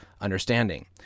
understanding